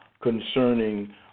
concerning